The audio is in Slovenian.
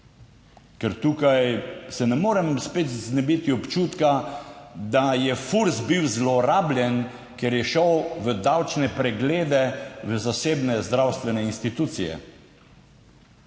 ker tukaj se ne morem spet znebiti občutka, da je Furs bil zlorabljen, ker je šel v davčne preglede v zasebne zdravstvene institucije.